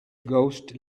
ghost